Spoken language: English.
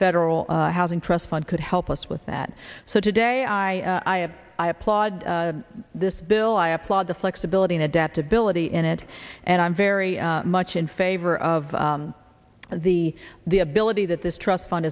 federal housing trust fund could help us with that so today i have i applaud this bill i applaud the flexibility and adaptability in it and i'm very much in favor of the the ability that this trust fund